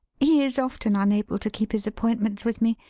he is often unable to keep his appointments with me.